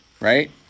Right